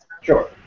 Sure